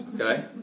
Okay